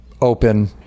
open